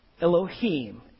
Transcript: Elohim